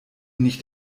nicht